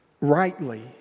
rightly